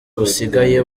busigaye